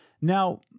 Now